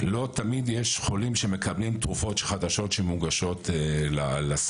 לא תמיד יש חולים שמקבלים תרופות חדשות שמוגשות לסל,